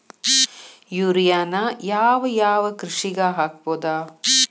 ಯೂರಿಯಾನ ಯಾವ್ ಯಾವ್ ಕೃಷಿಗ ಹಾಕ್ಬೋದ?